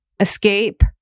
escape